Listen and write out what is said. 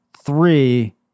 three